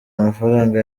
amafaranga